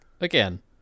again